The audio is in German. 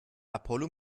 apollo